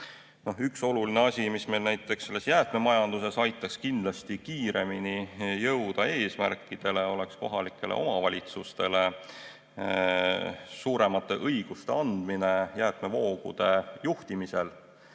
Üks oluline asi, mis meil näiteks jäätmemajanduses aitaks kindlasti kiiremini eesmärkideni jõuda, oleks kohalikele omavalitsustele suuremate õiguste andmine jäätmevoogude juhtimisel.